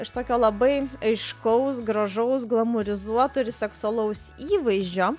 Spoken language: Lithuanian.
iš tokio labai aiškaus gražaus glamūrizuoto ir seksualaus įvaizdžio